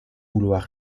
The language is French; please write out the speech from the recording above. vouloir